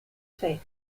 faith